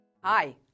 Hi